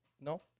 No